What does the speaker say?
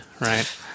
right